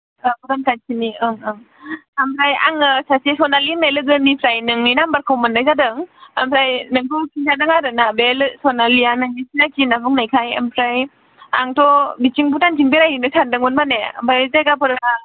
ओ भुटान सायड थिंनि ओं ओं ओमफ्राय आङो सासे सनालि होननाय लोगोनिफ्राय नोंनि नाम्बार खौ मोननाय जादों ओमफ्राय नोंखौ खिन्थादों आरो ना बे सनालिया नोंनि सिनाखि होनना बुंनायखाय ओमफ्राय आंथ' बिथिं भुटान थिं बेरायहैगोन सानदोंमोन माने ओमफ्राय जायगाफोरा